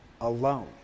alone